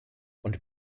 und